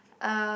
uh